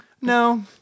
No